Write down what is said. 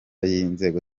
y’inzego